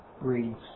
reads